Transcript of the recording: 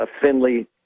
Finley